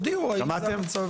צודק.